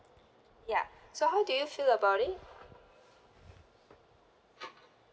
ya so how do you feel about it